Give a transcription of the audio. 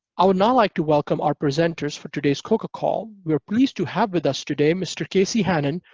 i would now like to welcome our presenters for today's coca call. we are pleased to have with us today mr. casey hannan,